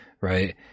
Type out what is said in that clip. right